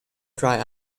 try